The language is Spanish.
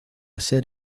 ser